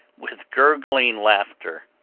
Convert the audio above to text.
with gurgling laughter,